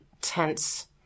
tense